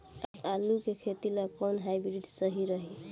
आलू के खेती ला कोवन हाइब्रिड बीज सही रही?